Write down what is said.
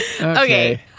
Okay